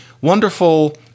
wonderful